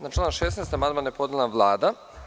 Na član 16. amandman je podnela Vlada.